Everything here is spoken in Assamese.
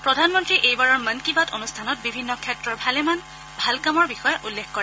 প্ৰধানমন্ত্ৰীয়ে এইবাৰৰ মন কী বাত অনুষ্ঠানত বিভিন্ন ক্ষেত্ৰৰ ভালেমান ভাল কামৰ বিষয়ে উল্লেখ কৰে